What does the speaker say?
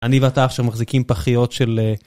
אני ואתה עכשיו מחזיקים פחיות של...